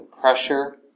pressure